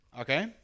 Okay